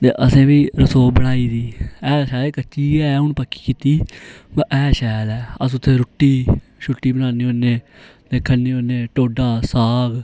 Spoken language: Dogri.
ते असें बी रसोऽ बनाई दी एह् शायद कच्ची गै हून पक्की कीती एह् शैल ऐ अस उत्थै रुट्टी शुट्टी बनाने होन्ने ते खन्ने होन्ने ढोडा साग